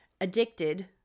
addicted